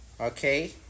Okay